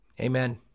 Amen